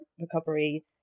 recovery